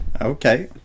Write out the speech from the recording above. Okay